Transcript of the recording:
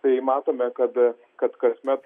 tai matome kad kad kasmet